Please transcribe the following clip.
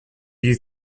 you